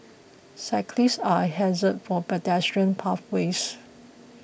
cyclists are a hazard for pedestrian pathways